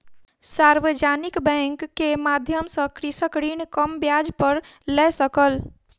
सार्वजानिक बैंक के माध्यम सॅ कृषक ऋण कम ब्याज पर लय सकल